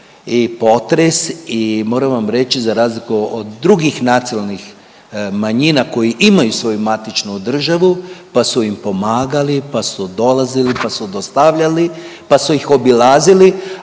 i potres i moram vam reći za razliku od drugih nacionalnih manjina koje imaju svoju matičnu državu, pa su im pomagali, pa su dolazili, pa su dostavljali, pa su ih obilazili,